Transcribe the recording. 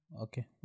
Okay